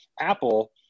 apple